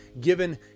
given